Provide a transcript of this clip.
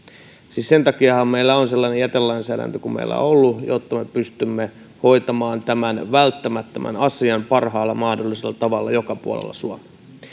siis sen takiahan meillä on sellainen jätelainsäädäntö kuin meillä on ollut jotta me pystymme hoitamaan tämän välttämättömän asian parhaalla mahdollisella tavalla joka puolella suomea